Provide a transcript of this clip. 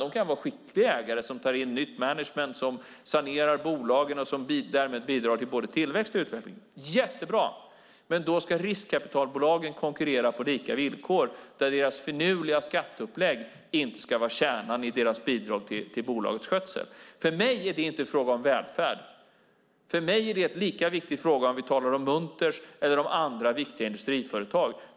De kan vara skickliga ägare som tar in nytt management som sanerar bolagen och därmed bidrar till både tillväxt och utveckling. Det är jättebra. Men då ska riskkapitalbolagen konkurrera på lika villkor, där deras finurliga skatteupplägg inte är kärnan i deras bidrag till bolagets skötsel. För mig är det inte en fråga om välfärd. För mig är det en lika viktig fråga om vi talar om Munters eller andra viktiga industriföretag.